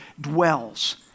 dwells